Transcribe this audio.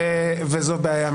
וזו בעיה מבחינתי.